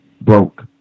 broke